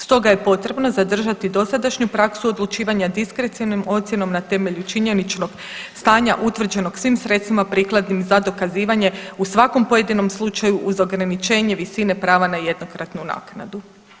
Stoga je potrebno zadržati dosadašnju praksu odlučivanja diskrecionom ocjenom na temelju činjeničnog stanja utvrđenog svim sredstvima prikladnim za dokazivanje u svakom pojedinom slučaju uz ograničenje visine prava na jednokratnu naknadu.